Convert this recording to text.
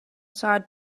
side